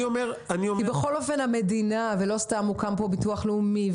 הרי לא סתם הוקם פה ביטוח לאומי.